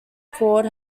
called